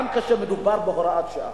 גם כאשר מדובר בהוראת שעה,